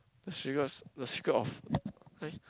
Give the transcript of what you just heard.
The Secrets The Secret of eh